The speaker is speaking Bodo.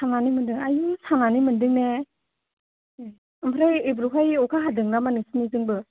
सानानै मोनदों आइयु सानानै मोनदों ने ओमफ्राय एबारावहाय अखा हादों नामा नोंसिनिथिंबो